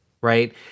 Right